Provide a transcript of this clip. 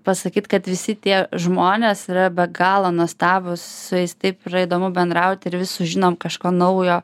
pasakyt kad visi tie žmonės yra be galo nuostabūs su jais taip yra įdomu bendrauti ir vis sužinom kažko naujo